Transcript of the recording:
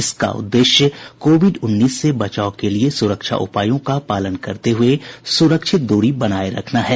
इसका उद्देश्य कोविड उन्नीस से बचाव के लिए सुरक्षा उपायों का पालन करते हुए सुरक्षित दूरी बनाए रखना है